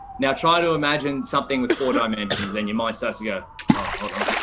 now try to imagine something with four dimensions, then your mind starts to go ah hold on.